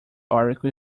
article